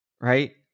right